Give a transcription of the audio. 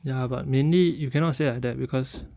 ya but mainly you cannot say like that because